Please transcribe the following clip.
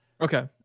Okay